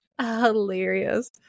hilarious